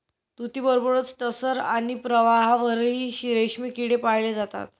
तुतीबरोबरच टसर आणि प्रवाळावरही रेशमी किडे पाळले जातात